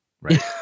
right